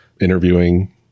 interviewing